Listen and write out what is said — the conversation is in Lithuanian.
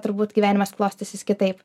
turbūt gyvenimas klostysis kitaip